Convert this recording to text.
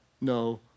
no